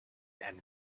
and